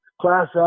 Class